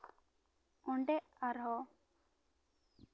ᱚᱰᱮᱸ ᱟᱨᱦᱚᱸ